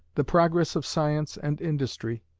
the progress of science and industry,